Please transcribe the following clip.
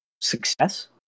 success